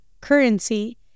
currency